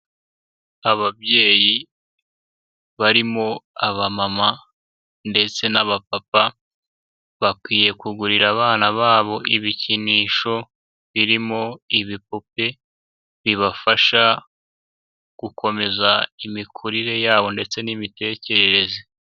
Ababyeyi, barimo abamama, ndetse n'abapapa, bakwiye kugurira abana babo ibikinisho birimo ibipupe bibafasha, gukomeza imikurire yabo ndetse n'imitekerereze.